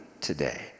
today